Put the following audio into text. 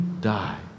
die